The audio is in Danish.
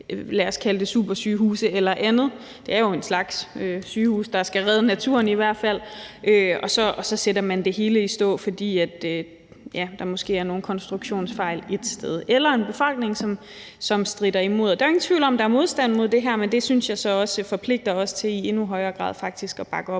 lad os kalde det supersygehuse eller noget andet – det er jo en slags sygehuse, der i hvert fald skal redde naturen – og så sætter man det hele i stå, fordi der måske er nogle konstruktionsfejl et sted eller en befolkning, som stritter imod. Der er ingen tvivl om, at der er modstand mod det her, men det synes jeg så også forpligter os til faktisk i endnu højere grad at bakke op